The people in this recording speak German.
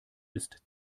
ist